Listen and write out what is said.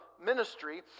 ministry